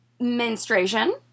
menstruation